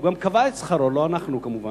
הוא גם קבע את שכרו, לא אנחנו כמובן.